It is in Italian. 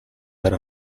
era